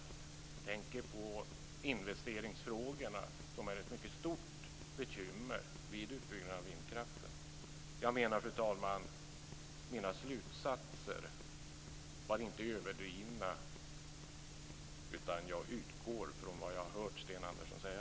Jag tänker då på investeringsfrågorna som är ett mycket stort bekymmer vid utbyggnad av vindkraften. Fru talman! Mina slutsatser var inte överdrivna, utan jag utgår från vad jag hört Sten Andersson säga.